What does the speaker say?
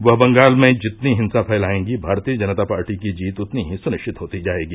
वह बंगाल में जितनी हिंसा फैलायेंगी भारतीय जनता पार्टी की जीत उतनी ही सुनिरिचत होती जायेगी